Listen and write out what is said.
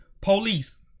police